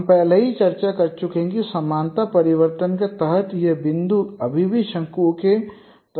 हम पहले ही चर्चा कर चुके हैं कि समानता परिवर्तन के तहत ये बिंदु अभी भी शंकुओं के तहत समान हैं